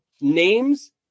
names